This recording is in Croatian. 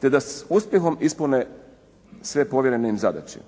te da s uspjehom ispune sve povjerene im zadaće.